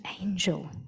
angel